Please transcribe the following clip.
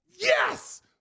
Yes